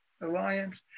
Alliance